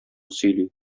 сөйли